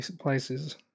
places